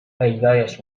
پیدایش